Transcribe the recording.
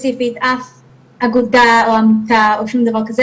ספציפית אף אגודה או עמותה או שום דבר כזה,